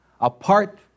apart